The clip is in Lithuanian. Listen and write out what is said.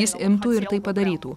jis imtų ir tai padarytų